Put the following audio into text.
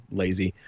lazy